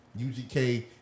UGK